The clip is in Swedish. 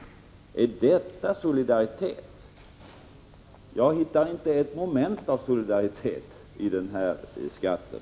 Är detta solidaritet? Jag hittar inte ett moment av solidaritet i den här skatten.